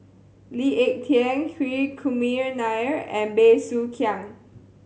Lee Ek Tieng Hri Kumar Nair and Bey Soo Khiang